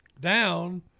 down